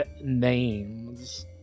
names